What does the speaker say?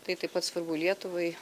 tai taip pat svarbu lietuvai